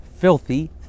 Filthy